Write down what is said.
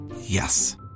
Yes